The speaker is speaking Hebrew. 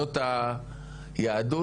זאת היהדות,